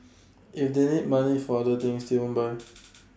if they need money for other things they won't buy